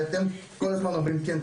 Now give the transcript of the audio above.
ואתם כל הזמן אומרים כן,